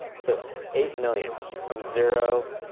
yeah so, but eight million from zero.